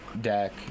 deck